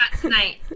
tonight